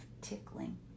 tickling